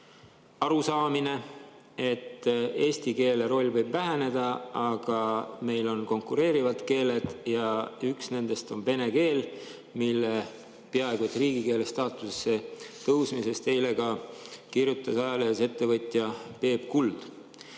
arusaamine, et eesti keele roll võib väheneda. Meil on konkureerivad keeled ja üks nendest on vene keel, mille peaaegu et riigikeele staatusesse tõusmisest kirjutas eile ajalehes ettevõtja Peep Kuld.